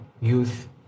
Youth